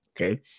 okay